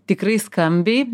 tikrai skambiai